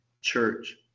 church